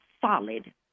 solid